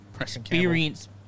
experience